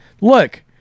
Look